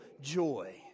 joy